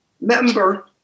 member